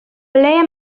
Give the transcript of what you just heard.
ble